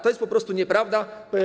To jest po prostu nieprawda.